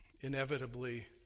inevitably